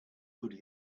could